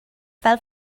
fel